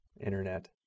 internet